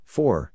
Four